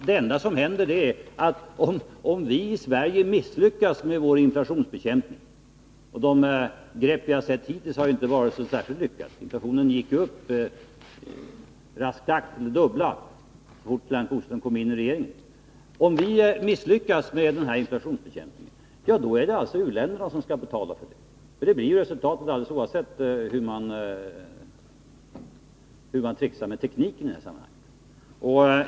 Det enda som händer är att om vi i Sverige misslyckas med vår inflationsbekämpning — och de grepp vi har sett hittills har inte varit särskilt lyckade; inflationen gick i raskt tempo upp till det dubbla så fort Lennart Bodström kom i regeringen — är att u-länderna får betala för det. Det blir resultatet, alldeles oavsett hur man tricksar med tekniken i det här sammanhanget.